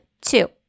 two